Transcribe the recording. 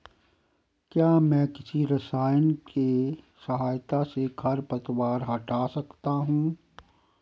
क्या मैं किसी रसायन के सहायता से खरपतवार हटा सकता हूँ?